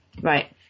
right